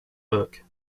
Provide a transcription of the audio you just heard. book